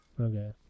okay